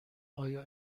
آیا